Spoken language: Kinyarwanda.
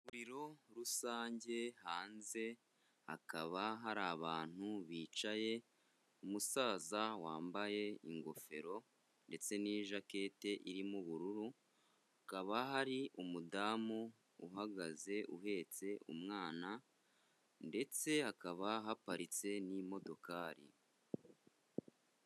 Ivuriro rusange, hanze hakaba hari abantu bicaye, umusaza wambaye ingofero ndetse n'ijaketi irimo ubururu, hakaba hari umudamu uhagaze uhetse umwana, ndetse hakaba haparitse n'imodokari.